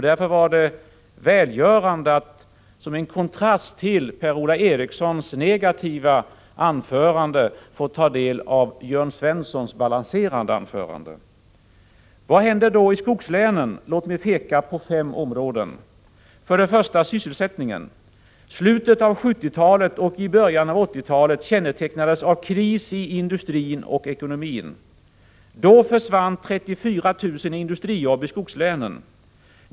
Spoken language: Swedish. Därför var det välgörande att som en kontrast till Per-Ola Erikssons negativa anförande få lyssna till Jörn Svenssons balanserade inlägg. Vad händer då i skogslänen? Låt mig peka på fem områden. För det första: sysselsättningen. Slutet av 1970-talet och början av 1980-talet kännetecknades av kris i industrin och ekonomin. Då försvann 34 000 industrijobb i skogslänen.